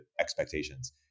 expectations